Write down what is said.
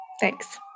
Thanks